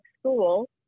school